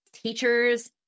teachers